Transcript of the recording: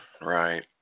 right